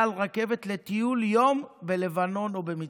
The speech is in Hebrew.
על רכבת לטיול יום בלבנון או במצרים.